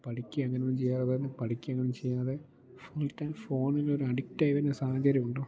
പഠിക്കുക അങ്ങനെയൊന്നും ചെയ്യാതെ പഠിക്കുക ഒന്നും ചെയ്യാതെ ഫുൾ ടൈം ഫോണിൽ ഒരു അഡിക്റ്റായി വരുന്ന സാഹചര്യമുണ്ടോ